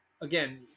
again